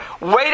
wait